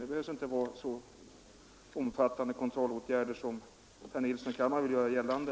Det behövs inte så omfattande kontrollåtgärder som herr Nilsson i Kalmar vill göra gällande.